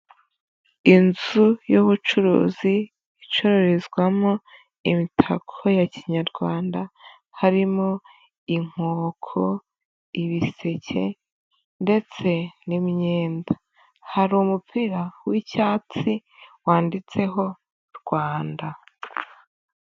Inzu y'ubucuruzi icururizwamo imitako ya kinyarwanda, harimo inkoko, ibiseke ndetse n'imyenda, hari umupira w'icyatsi wanditseho Rwanda.